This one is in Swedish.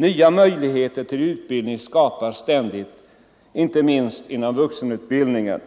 Nya möjligheter till utbildning skapas ständigt inte minst inom vuxenutbildningen